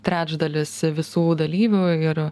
trečdalis visų dalyvių ir